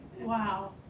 Wow